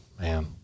Man